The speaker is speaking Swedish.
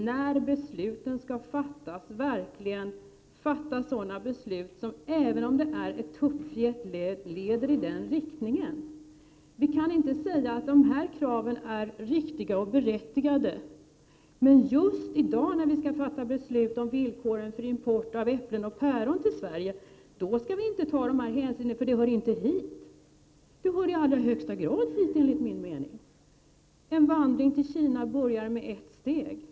När beslut skall fattas gäller det ju att fatta sådana beslut — även om det handlar om tuppfjät — som leder i önskad riktning. Vi kan inte säga att kraven i detta sammanhang är riktiga och berättigade. Just i dag, när vi skall fatta beslut om villkoren för import till Sverige av äpplen och päron, skall sådana hänsyn inte tas — de lär inte höra hemma här. Men det tycker jag att de i allra högsta grad gör. En vandring till Kina börjar i och med att det första steget tas.